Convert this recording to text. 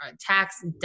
tax